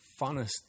funnest